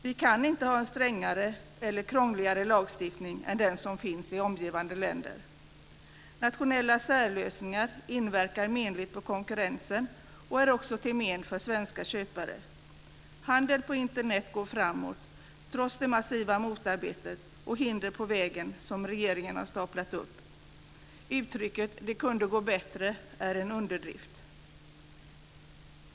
Vi kan inte ha strängare eller krångligare lagstiftning än den som finns i omgivande länder. Nationella särlösningar inverkar menligt på konkurrensen och är också till men för svenska köpare. Handeln på Internet går framåt, trots det massiva motarbetandet och de hinder på vägen som regeringen har staplat upp. Uttrycket "det kunde gå bättre" är en underdrift.